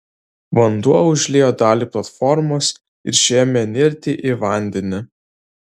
vanduo užliejo dalį platformos ir ši ėmė nirti į vandenį